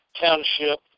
Township